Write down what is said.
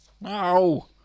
No